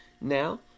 now